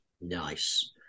Nice